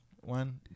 One